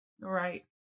Right